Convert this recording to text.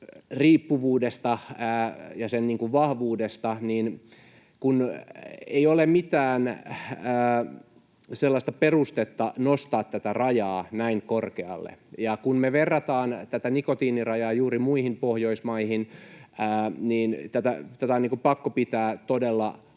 nikotiiniriippuvuudesta ja sen vahvuudesta, ja kun ei ole mitään sellaista perustetta nostaa tätä rajaa näin korkealle, kun me verrataan tätä nikotiinirajaa juuri muihin Pohjoismaihin, niin tätä on pakko pitää todella